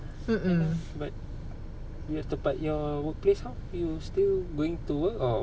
ya lah but tempat your workplace how you still going to work or